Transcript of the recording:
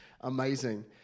amazing